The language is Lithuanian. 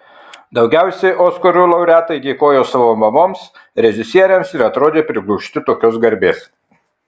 daugiausiai oskarų laureatai dėkojo savo mamoms režisieriams ir atrodė priblokšti tokios garbės